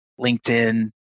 LinkedIn